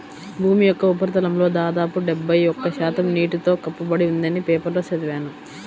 భూమి యొక్క ఉపరితలంలో దాదాపు డెబ్బై ఒక్క శాతం నీటితో కప్పబడి ఉందని పేపర్లో చదివాను